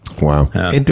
Wow